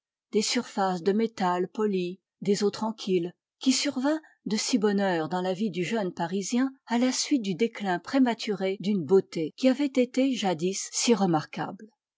des surfaces de métal polies des eaux tranquilles qui survint de si bonne heure dans la vie du jeune parisien à la suite du déclin prématuré d'une beauté qui avait été jadis si remarquable